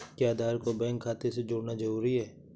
क्या आधार को बैंक खाते से जोड़ना जरूरी है?